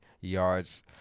yards